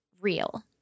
real